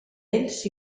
ells